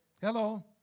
Hello